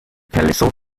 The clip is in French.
palisson